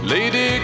Lady